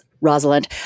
Rosalind